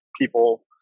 people